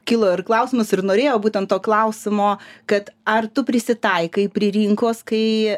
kilo ir klausimas ir norėjau būtent to klausimo kad ar tu prisitaikai prie rinkos kai